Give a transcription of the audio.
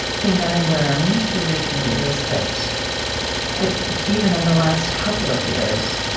thing that i learned through reading you is that that even in the last couple of years,